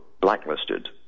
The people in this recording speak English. blacklisted